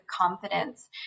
confidence